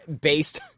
based